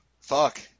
Fuck